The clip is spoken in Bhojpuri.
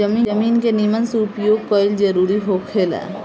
जमीन के निमन से उपयोग कईल जरूरी होखेला